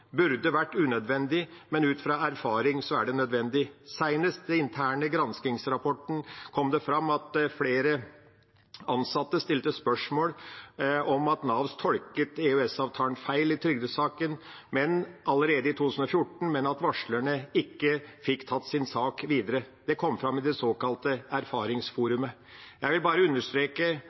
burde vært unødvendig, men ut fra erfaring er det nødvendig. Senest i den interne granskingsrapporten kom det fram at flere ansatte stilte spørsmål ved om Nav tolket EØS-avtalen feil i trygdesaker allerede i 2014, men at varslerne ikke fikk tatt sin sak videre. Det kom fram i det såkalte erfaringsforumet. Jeg vil bare understreke